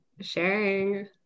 sharing